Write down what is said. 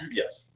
yes,